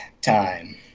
time